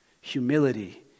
Humility